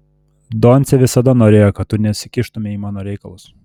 doncė visada norėjo kad tu nesikištumei į mano reikalus